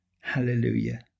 Hallelujah